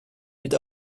mit